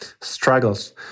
struggles